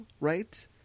right